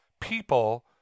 people